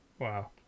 Wow